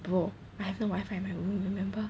bro I have no wifi in my room remember